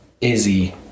Izzy